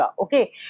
Okay